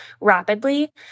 rapidly